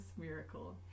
miracle